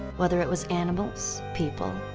whether it was animals, people,